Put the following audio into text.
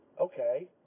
Okay